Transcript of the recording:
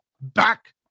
back